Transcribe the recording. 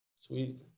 Sweet